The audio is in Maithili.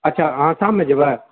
अच्छा अहाँ शाममे जेबए